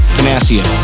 Panacea